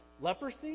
leprosy